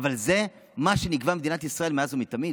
אבל זה מה שנקבע במדינת ישראל מאז ומתמיד.